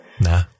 Nah